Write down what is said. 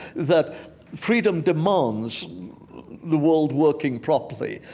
that freedom demands the world working properly.